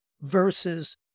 versus